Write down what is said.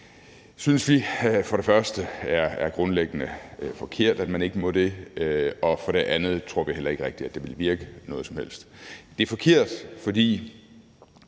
synes vi for det første er grundlæggende forkert at man ikke må, og for det andet tror vi heller ikke rigtig, at det vi have nogen som helst virkning. Det er forkert, for